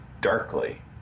darkly